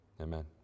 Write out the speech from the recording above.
Amen